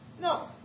No